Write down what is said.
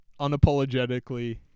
unapologetically